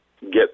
get